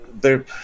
they're-